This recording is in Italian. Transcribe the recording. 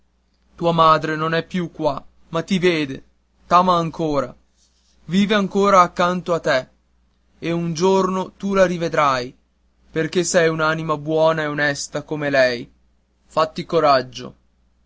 tua madre non è più qua ma ti vede t'ama ancora vive ancora accanto a te e un giorno tu la rivedrai perché sei un'anima buona e onesta come lei fatti coraggio